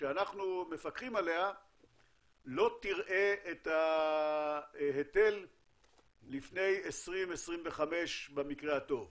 שאנחנו מפקחים עליה לא תראה את ההיטל לפני 2025 במקרה הטוב.